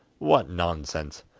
what nonsense!